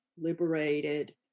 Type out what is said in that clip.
liberated